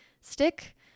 stick